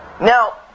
Now